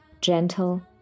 gentle